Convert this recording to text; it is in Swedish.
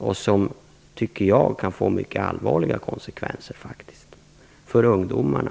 De kan faktiskt få mycket allvarliga konsekvenser, framför allt för ungdomarna.